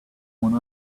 one